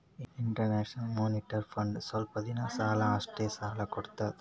international monetary fund ಸ್ವಲ್ಪ್ ದಿನದ್ ಸಲಾಕ್ ಅಷ್ಟೇ ಸಾಲಾ ಕೊಡ್ತದ್